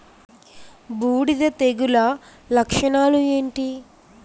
బూడిద తెగుల లక్షణాలు ఏంటి?